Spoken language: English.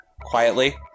quietly